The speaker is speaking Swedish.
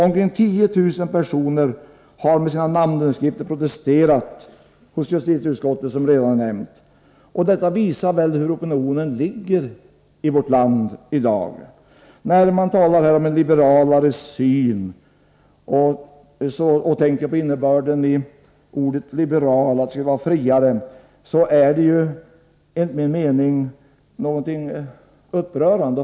Omkring 10 000 personer har, som jag redan har nämnt, med sina namnunderskrifter protesterat hos justitieutskottet. Detta visar väl hur opinionen ligger i vårt land i dag. Man talar här om en liberalare syn. När jag tänker på innebörden i ordet liberalare — friare — finner jag det upprörande.